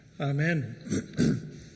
Amen